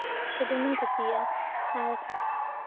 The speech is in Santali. ᱛᱳ ᱫᱚᱢᱮᱧ ᱠᱩᱥᱤᱭᱟᱜᱼᱟ ᱟᱨ